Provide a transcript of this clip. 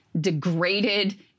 degraded